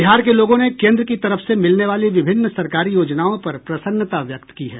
बिहार के लोगों ने केन्द्र की तरफ से मिलने वाली विभिन्न सरकारी योजनाओं पर प्रसन्नता व्यक्त की है